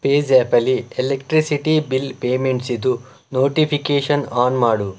ಪೇಜ್ಯಾಪಲ್ಲಿ electricity bill ಪೇಮೆಂಟ್ಸಿದು notification on ಮಾಡು